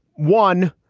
one,